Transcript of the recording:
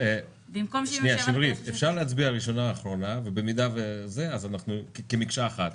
אפשר להצביע ראשונה-אחרונה כמקשה אחת.